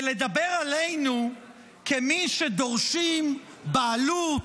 ולדבר עלינו כמי שדורשים בעלות,